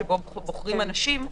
בו בוחרים אנשים,